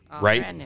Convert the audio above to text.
right